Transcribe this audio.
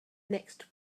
next